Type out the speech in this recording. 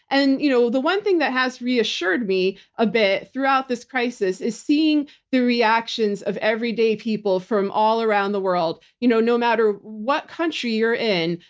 and you know the one thing that has reassured me a bit throughout this crisis is seeing the reactions of everyday people from all around the world, you know no matter what country you're in,